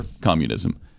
communism